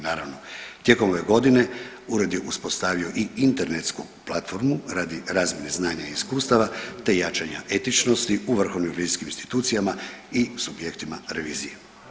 Naravno tijekom ove godine ured je uspostavio i internetsku platformu radi razmjene znanja i iskustava, te jačanja etičnosti u vrhovnim revizorskim institucijama i subjektima revizije.